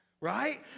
right